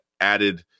added